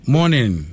Morning